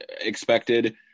expected